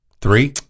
Three